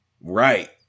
Right